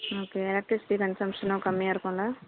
ம் okay electricity கன்ஸம்ஷன்லாம் கம்மியாக இருக்கும்ல